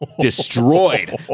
destroyed